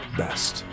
best